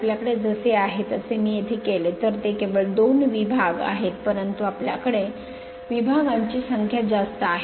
आपल्याकडे जसे आहे तसे मी येथे केले तर ते केवळ दोन विभाग आहेत परंतु आपल्याकडे विभागांची संख्या जास्त आहे